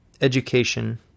Education